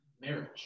marriage